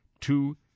two